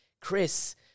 Chris